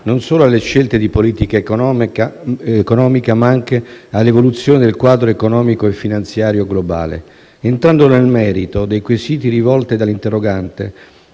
non solo alle scelte di politica economica, ma anche all'evoluzione del quadro economico e finanziario globale. Entrando nel merito dei quesiti rivolti dagli interroganti,